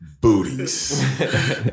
booties